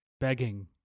begging